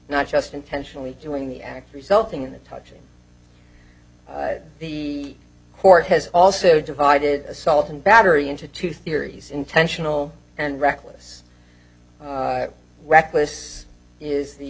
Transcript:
not just intentionally doing the act resulting in the touching the court has also divided assault and battery into two theories intentional and reckless reckless is the